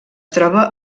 troba